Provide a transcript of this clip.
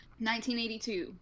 1982